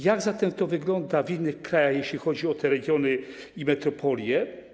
Jak zatem to wygląda w innych krajach, jeśli chodzi o regiony i metropolie?